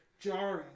jarring